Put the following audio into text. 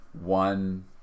one